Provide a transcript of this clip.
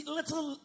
little